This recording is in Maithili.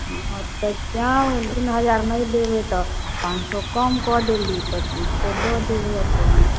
हँ तऽ जाउ तीन हजार नहि देबै तऽ पॉँच सए कम कऽ देली पचीस सए दऽ देबै अपन